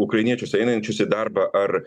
ukrainiečius einančius į darbą ar